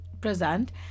present